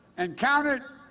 and counted,